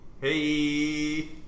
Hey